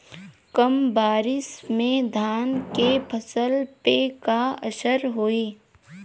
कम बारिश में धान के फसल पे का असर होई?